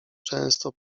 często